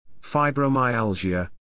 fibromyalgia